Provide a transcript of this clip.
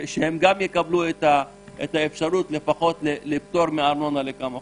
שגם יקבלו את האפשרות לפחות לפטור מארנונה לכמה חודשים.